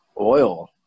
oil